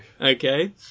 Okay